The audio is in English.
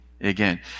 again